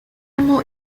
mor